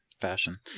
fashion